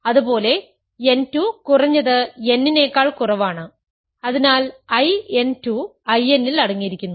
അതുപോലെ n 2 കുറഞ്ഞത് n നേക്കാൾ കുറവാണ് അതിനാൽ I n 2 I n ൽ അടങ്ങിയിരിക്കുന്നു